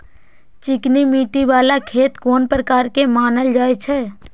चिकनी मिट्टी बाला खेत कोन प्रकार के मानल जाय छै?